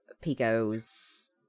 pico's